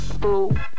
Boo